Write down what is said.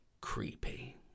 creepy